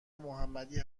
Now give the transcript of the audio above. محمدی